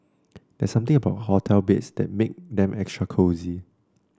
there's something about hotel beds that make them extra cosy